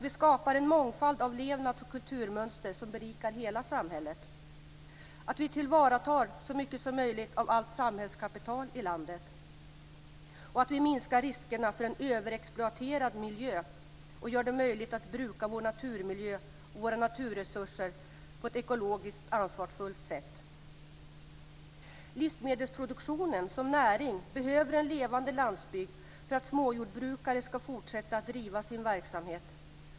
· Vi skapar en mångfald av levnads och kulturmönster som berikar hela samhället. · Vi tillvaratar så mycket som möjligt av allt samhällskapital i landet. · Vi minskar riskerna för en överexploaterad miljö och gör det möjligt att bruka vår naturmiljö och våra naturresurser på ett ekologiskt ansvarsfullt sätt. Livsmedelsproduktionen som näring behöver en levande landsbygd för att småjordbrukare skall fortsätta att driva sin verksamhet.